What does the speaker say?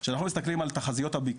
הוא מה הן תחזיות הביקוש,